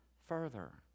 further